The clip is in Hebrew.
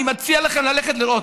אני מציע לכם ללכת לראות.